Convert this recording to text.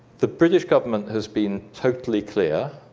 the british government has been totally clear